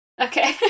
Okay